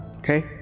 Okay